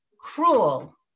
cruel